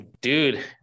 Dude